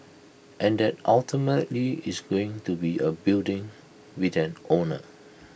and that ultimately is going to be A building with an owner